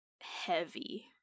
heavy